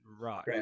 right